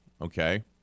okay